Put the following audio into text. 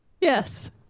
Yes